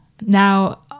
Now